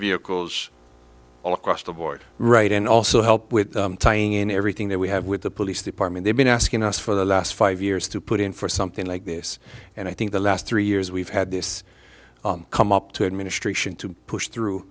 vehicles all across the board right and also help with tying in everything that we have with the police department they've been asking us for the last five years to put in for something like this and i think the last three years we've had this come up to administration to push through